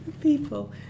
people